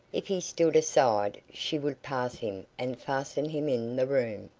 if he stood aside she would pass him and fasten him in the room.